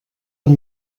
amb